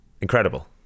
Incredible